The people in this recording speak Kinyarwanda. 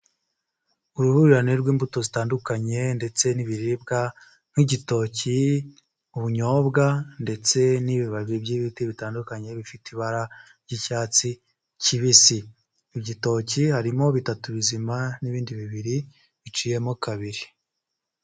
Uruhurirane rw'imbuto zitandukanye ndetse n'ibiribwa nk'igitoki, ubunyobwa ndetse n'ibibabi by'ibiti bitandukanye bifite ibara ry'icyatsi kibisi, mu gitoki harimo bitatu bizima n'ibindi bibiri biciyemo kabiri.